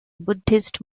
buddhist